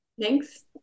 Thanks